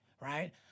right